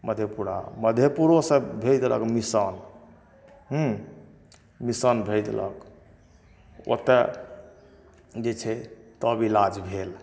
मधेपुरा मधेपुरो सऽ भेज देलक मिसान हूँ मिसान भेज देलक ओतए जे छै तब इलाज भेल